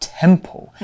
temple